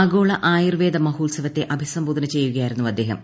ആഗോള ആയുർവേദ മഹോത്സവത്തെ അഭിസംബോധന ചെയ്യുകയായിരുന്നു അദ്ദേഹം